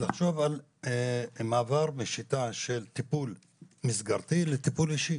לחשוב על מעבר משיטה של טיפול מסגרתי לטיפול אישי.